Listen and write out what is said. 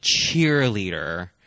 cheerleader